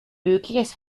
mögliches